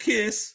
Kiss